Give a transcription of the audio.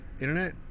Internet